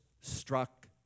struck